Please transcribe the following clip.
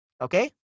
okay